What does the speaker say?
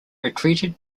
retreated